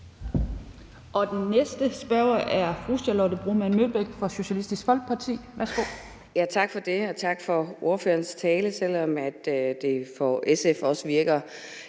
Den næste spørger er fru Charlotte Broman Mølbæk fra Socialistisk Folkeparti. Værsgo. Kl. 09:06 Charlotte Broman Mølbæk (SF): Tak for det, og tak for ordførerens tale, selv om det for SF også virker